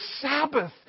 Sabbath